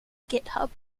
github